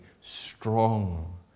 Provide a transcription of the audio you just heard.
strong